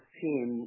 team